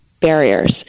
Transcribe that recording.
barriers